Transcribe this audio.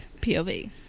POV